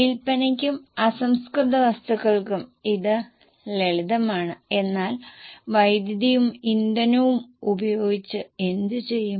വിൽപ്പനയ്ക്കും അസംസ്കൃത വസ്തുക്കൾക്കും ഇത് ലളിതമാണ് എന്നാൽ വൈദ്യുതിയും ഇന്ധനവും ഉപയോഗിച്ച് എന്തുചെയ്യും